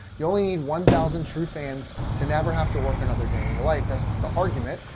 you only need one thousand true fans to never have to work another day in your life. that's the argument.